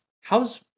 how's